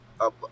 up